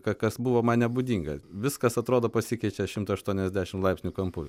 ka kas buvo man nebūdinga viskas atrodo pasikeitčia šimto aštuoniasdešimt laipsnių kampu